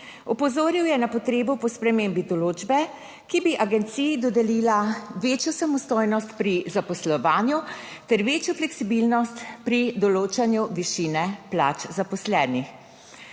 Opozoril je na potrebo po spremembi določbe, ki bi agenciji dodelila večjo samostojnost pri zaposlovanju ter večjo fleksibilnost pri določanju višine plač zaposlenih.